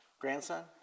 Grandson